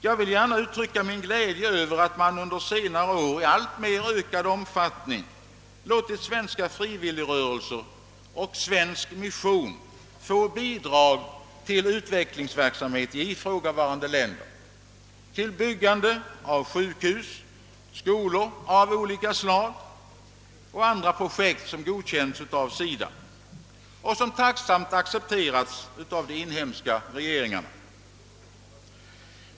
Jag vill gärna uttrycka min glädje över att man under senare år i alltmer ökad omfattning låtit svenska frivilligrörelser och svensk mission få bidrag till utvecklingsverksamhet i ifrågavarande länder, till byggande av sjukhus, skolor av olika slag samt andra projekt som godkänts av SIDA och tacksamt accepterats av de inhemska regeringarna.